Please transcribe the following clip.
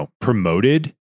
promoted